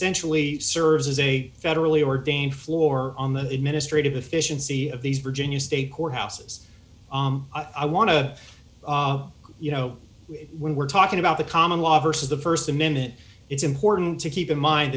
sentially serves as a federally ordained floor on the administrative efficiency of these virginia state court houses i want to you know we were talking about the common law versus the st amendment it's important to keep in mind